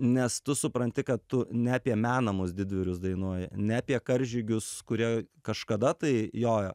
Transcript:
nes tu supranti kad tu ne apie menamus didvyrius dainuoji ne apie karžygius kurie kažkada tai jojo